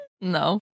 No